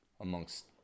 amongst